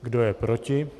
Kdo je proti?